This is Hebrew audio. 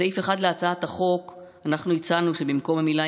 בסעיף 1 להצעת החוק אנחנו הצענו שבמקום המילה